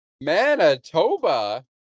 Manitoba